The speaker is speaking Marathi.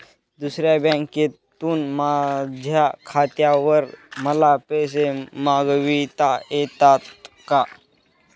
दुसऱ्या बँकेतून माझ्या खात्यावर मला पैसे मागविता येतात का?